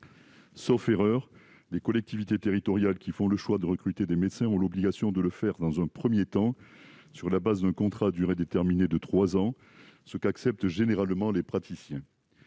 Sauf erreur, les collectivités territoriales qui font le choix de recruter des médecins ont l'obligation de le faire, dans un premier temps, sur la base d'un contrat à durée déterminée de trois ans, ce qu'acceptent généralement les praticiens.